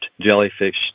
jellyfish